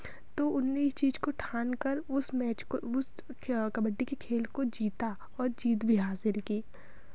तो उन्होंने इस चीज़ को ठान कर उस मैच को उस कबड्डी की खेल को जीता और जीत भी हासिल की